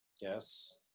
yes